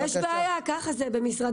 יש בעיה, כך זה במשרדי הממשלה.